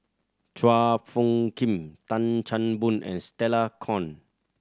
Chua Phung Kim Tan Chan Boon and Stella Kon